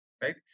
right